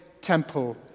temple